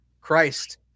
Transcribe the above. Christ